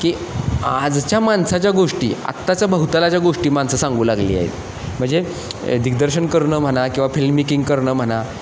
की आजच्या माणसाच्या गोष्टी आत्ताच्या भवतालाच्या ज्या गोष्टी माणसं सांगू लागली आहेत म्हणजे दिग्दर्शन करणं म्हणा किंवा फिल्मेकिंग करणं म्हणा